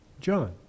John